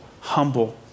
humble